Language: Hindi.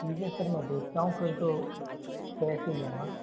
ठीक है सर मैं देखता हूँ फिर तो कैश ही लूँगा